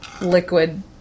liquid